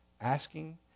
Asking